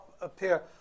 appear